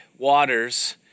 waters